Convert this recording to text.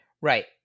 right